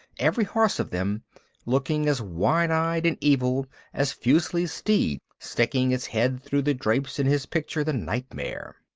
every horse of them looking as wild-eyed and evil as fuseli's steed sticking its head through the drapes in his picture the nightmare.